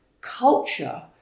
culture